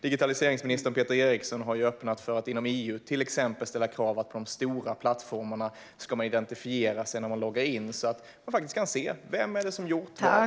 Digitaliseringsminister Peter Eriksson har öppnat för att inom EU till exempel ställa krav på att man ska identifiera sig när man loggar in på de stora plattformarna, så att det faktiskt går att se vem som har gjort vad.